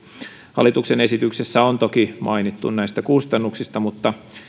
hallituksen esityksessä on toki mainittu näistä kustannuksista mutta